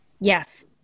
yes